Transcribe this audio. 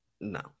No